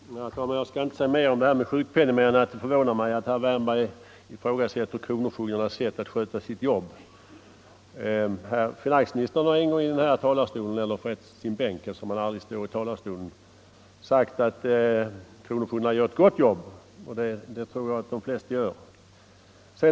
Herr talman! Jag skall inte säga mer om sjukpenningen än att det förvånar mig att herr Wärnberg ifrågasätter kronofogdarnas sätt att sköta sitt jobb. Finansministern har en gång från den här talarstolen — eller rättare sagt från sin bänk, eftersom han aldrig står i talarstolen — sagt att kronofogdarna gör ett gott jobb, och det tror jag att de flesta gör.